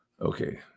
Okay